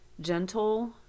gentle